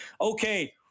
Okay